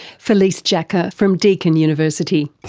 felice jacka from deakin university.